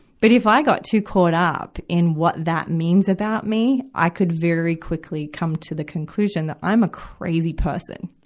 but if i got too caught up in what that means about me, i could very quickly come to the conclusion that i'm a crazy person,